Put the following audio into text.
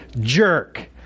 jerk